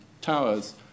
towers